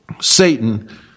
Satan